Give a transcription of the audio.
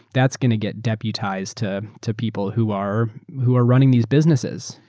that's going to get deputized to to people who are who are running these businesses.